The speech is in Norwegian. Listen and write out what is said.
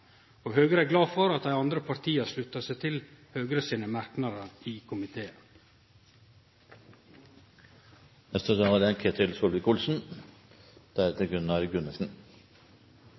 Høgre er glad for at dei andre partia sluttar seg til Høgres merknader i